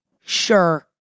Sure